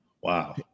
Wow